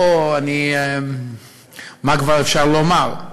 פה, מה כבר אפשר לומר?